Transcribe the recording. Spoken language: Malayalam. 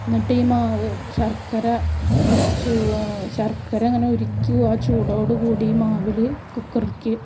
എന്നിട്ട് ഈ മാവ് ശർക്കര ചൂ ശർക്കര ഇങ്ങനെ ഉരുക്കി ആ ചൂടോടുകൂടി ഈ മാവിൽ കുക്കറിലേക്ക്